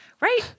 Right